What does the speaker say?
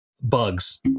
bugs